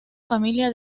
familia